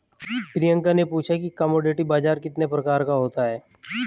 प्रियंका ने पूछा कि कमोडिटी बाजार कितने प्रकार का होता है?